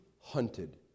Hunted